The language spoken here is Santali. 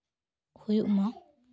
ᱦᱩᱭᱩᱜᱼᱢᱟ